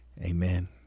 amen